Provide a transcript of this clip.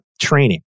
Training